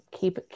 keep